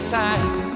time